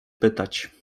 pytać